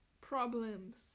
problems